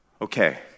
Okay